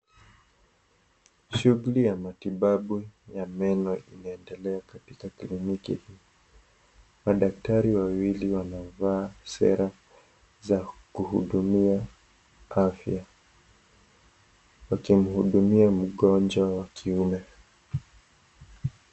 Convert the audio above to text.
Shughuli ya matibabu ya meno inaendelea katika kiliniki. Madaktari wawili wanavaa sera za kuhudumia afya, wakimujudumia mgonjwa wa kiume.